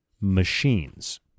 machines